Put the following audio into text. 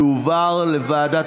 תועבר לוועדת